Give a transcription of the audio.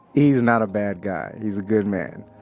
he's not a bad guy. he's a good man.